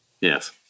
Yes